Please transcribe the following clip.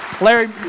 Larry